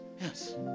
yes